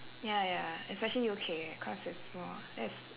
ya ya especially U_K cause it's more yes